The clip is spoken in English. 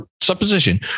supposition